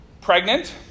pregnant